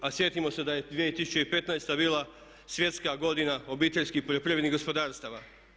A sjetimo se da je 2015. bila svjetska godina obiteljskih poljoprivrednih gospodarstava.